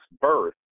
birth